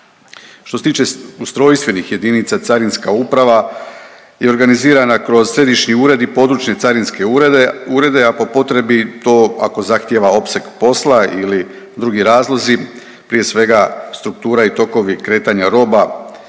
Što se tiče ustrojstvenih jedinica Carinska uprava je organizirana kroz središnji ured i područne carinske urede, a po potrebi to ako zahtijeva opseg posla ili drugi razlozi, prije svega struktura i tokovi kretanja roba,